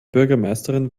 bürgermeisterin